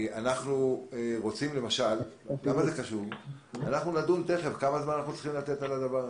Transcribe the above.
זה חשוב כי אנחנו נדון תכף בשאלה כמה זמן אנחנו צריכים לתת לזה.